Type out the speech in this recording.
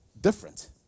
different